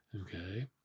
Okay